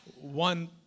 one